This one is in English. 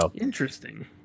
interesting